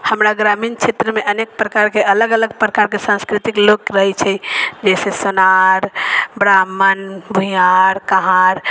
हमरा ग्रामीण क्षेत्रमे अनेक प्रकारके अलग अलग प्रकारके सँस्कृतिके लोक रहै छै जइसे सोनार ब्राह्मण भूमिहार कहार